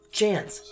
chance